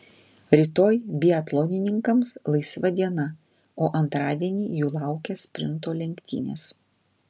rytoj biatlonininkams laisva diena o antradienį jų laukia sprinto lenktynės